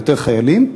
חיילים,